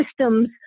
systems